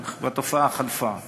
והתופעה חלפה.